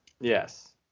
Yes